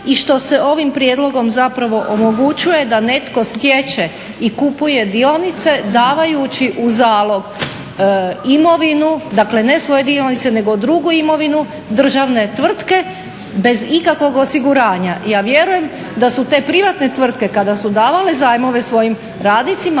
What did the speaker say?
i što se ovim prijedlogom zapravo omogućuje da netko stječe i kupuje dionice davajući u zalog imovinu, dakle ne svoje dionice nego drugu imovinu državne tvrtke bez ikakvog osiguranja. Ja vjerujem da su te privatne tvrtke kada su davale zajmove svojim radnicima